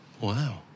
Wow